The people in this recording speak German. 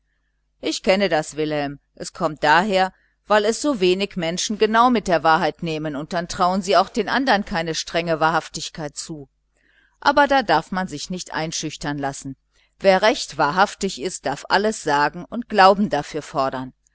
ich kenne das wilhelm es kommt daher weil es so wenig menschen genau mit der wahrheit nehmen dann trauen sie auch den andern keine strenge wahrhaftigkeit zu aber da darf man sich nicht einschüchtern lassen wer recht wahrhaftig ist darf alles sagen und glauben dafür fordern